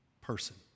person